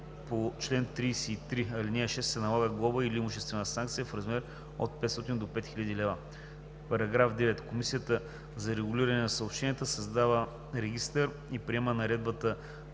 по чл. 33, ал. 6 се налага глоба или имуществена санкция в размер от 500 до 5000 лв.“ § 9. Комисията за регулиране на съобщенията създава регистъра и приема наредбата